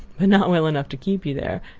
but not well enough to keep you there.